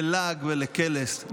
ללעג ולקלס,